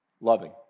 loving